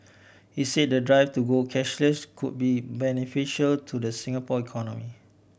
he say the drive to go cashless could be beneficial to the Singapore economy